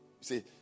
see